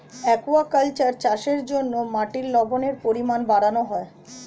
aquaculture চাষের জন্য মাটির লবণের পরিমাণ বাড়ানো হয়